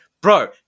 bro